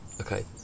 okay